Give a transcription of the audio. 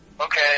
okay